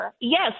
Yes